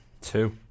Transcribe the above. Two